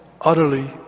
utterly